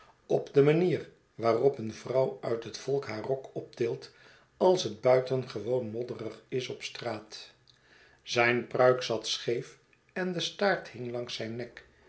op de manier waarop een vrouw uit het volk haar rok optilt als het buitengewoon modderig is op straat zyn pruik zat scheef en de staart hing langs zijn nek